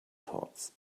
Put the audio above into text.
thoughts